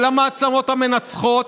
של המעצמות המנצחות,